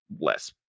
less